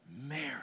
Mary